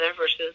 versus